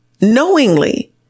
knowingly